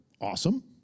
awesome